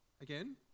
again